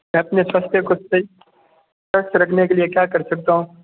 मैं अपने स्वास्थ्य ख़ुद से स्वस्थ रखने के लिए क्या कर सकता हूँ